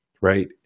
right